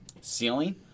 ceiling